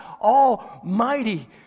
Almighty